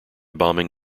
bombing